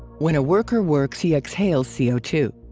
when a worker works, he exhales c o two.